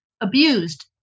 abused